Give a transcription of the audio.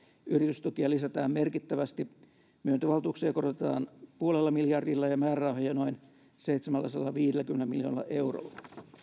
yritystukia lisätään merkittävästi myöntövaltuuksia korotetaan puolella miljardilla ja määrärahoja noin seitsemälläsadallaviidelläkymmenellä miljoonalla eurolla